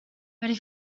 ready